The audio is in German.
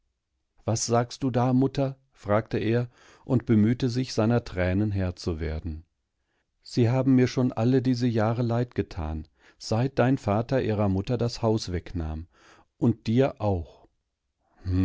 was sagst du da mutter fragte er und bemühtesich seinertränenherrzuwerden siehabenmirschonallediese jahre leid getan seit dein vater ihrer mutter das haus wegnahm und dir auch